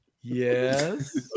Yes